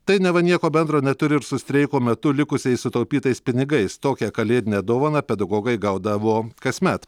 tai neva nieko bendro neturi ir su streiko metu likusiais sutaupytais pinigais tokią kalėdinę dovaną pedagogai gaudavo kasmet